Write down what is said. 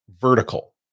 vertical